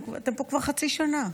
אתם פה כבר חצי שנה.